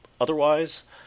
Otherwise